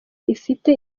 ifite